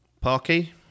Parky